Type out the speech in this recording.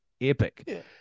epic